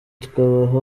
tukabaha